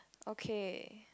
okay